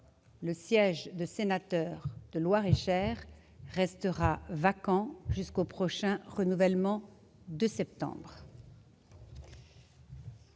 le siège de sénateur de Loir-et-Cher restera vacant jusqu'au prochain renouvellement de septembre.